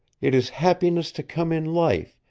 it is happiness to come in life,